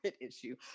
issue